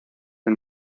del